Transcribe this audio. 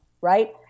right